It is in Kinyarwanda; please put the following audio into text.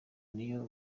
niyo